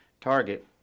Target